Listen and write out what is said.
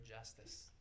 justice